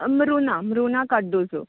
अ मृना मृना कार्दोजो